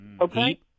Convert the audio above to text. Okay